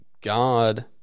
God